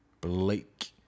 Blake